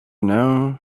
know